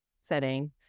setting